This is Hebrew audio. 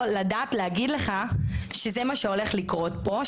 לדעת להגיד לך שזה מה שהולך לקרות פה,